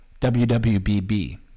WWBB